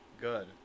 good